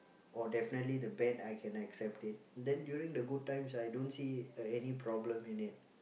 or definitely the bad I can accept it then during the good times I don't see any problem in it